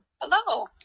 Hello